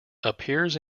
appears